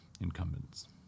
Incumbents